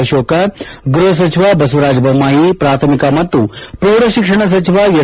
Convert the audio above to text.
ಅಶೋಕ್ ಗೃಹ ಸಚಿವ ಬಸವರಾಜ ಬೊಮ್ಮಾಯಿ ಪ್ರಾಥಮಿಕ ಮತ್ತು ಪ್ರೌಢ ಶಿಕ್ಷಣ ಸಚಿವ ಎಸ್